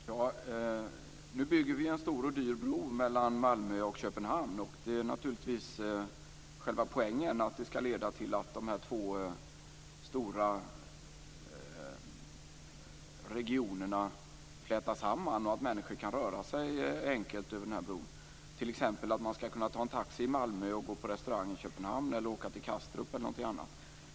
Fru talman! Nu bygger vi en stor och dyr bro mellan Malmö och Köpenhamn. Själva poängen är naturligtvis att det skall leda till att de här två stora regionerna flätas samman och att människor kan röra sig enkelt över bron. Man skall t.ex. kunna ta en taxi i Malmö för att gå på restaurang i Köpenhamn, åka till Kastrup eller något annat.